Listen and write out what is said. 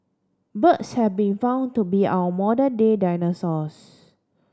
birds have been found to be our modern day dinosaurs